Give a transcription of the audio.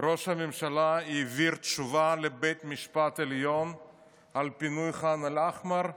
ראש הממשלה העביר תשובה לבית המשפט העליון על פינוי ח'אן אל-אחמר ואמר: